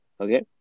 Okay